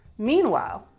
meanwhile,